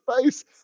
face